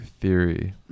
theory